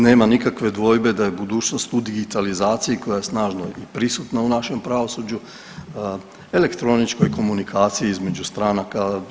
Nema nikakve dvojbe da je budućnost u digitalizaciji koja je snažno prisutna u našem pravosuđu, elektroničkoj komunikaciji između stranaka.